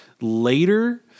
later